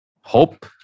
hope